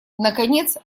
наконец